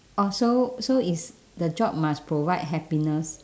oh so so is the job must provide happiness